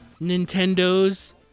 Nintendo's